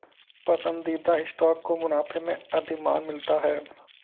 पसंदीदा स्टॉक को मुनाफे में अधिमान मिलता है